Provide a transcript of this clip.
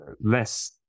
less